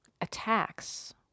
attacks